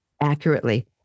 accurately